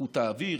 איכות האוויר,